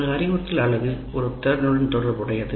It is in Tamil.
ஒரு அறிவுறுத்தல் அலகு ஒரு திறனுடன் தொடர்புடையது